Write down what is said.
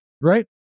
Right